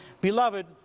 Beloved